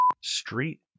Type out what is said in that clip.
street